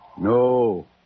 No